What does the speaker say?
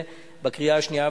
בשיעורים שונים,